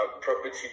property